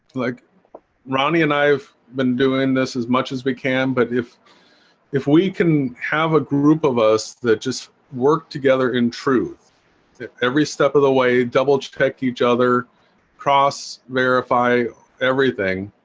like ronnie and i have been doing this as much as we can but if if we can have a group of us that just work together in truth every step of the way double check each other cross verify everything